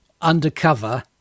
undercover